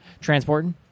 Transporting